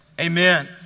Amen